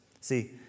See